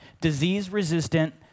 disease-resistant